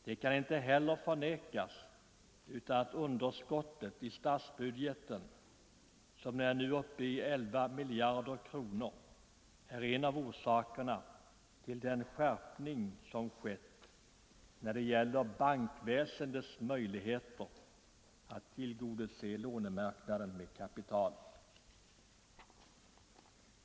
Det kan inte heller förnekas att underskottet i statsbudgeten, vilket nu är uppe i 11 miljarder kronor, är en av orsakerna till den skärpning som skett när det gäller bankväsendets möjligheter att tillgodose lånemarknaden med kapital.